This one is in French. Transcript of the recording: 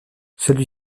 celui